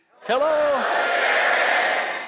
Hello